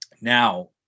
now